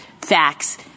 facts